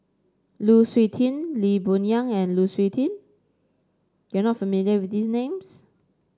Lu Suitin Lee Boon Yang and Lu Suitin you are not familiar with these names